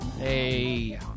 Hey